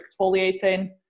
exfoliating